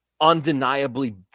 undeniably